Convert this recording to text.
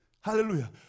Hallelujah